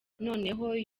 noneho